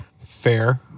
Fair